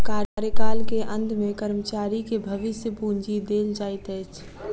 कार्यकाल के अंत में कर्मचारी के भविष्य पूंजी देल जाइत अछि